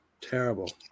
Terrible